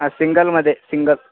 हा सिंगलमध्ये सिंगल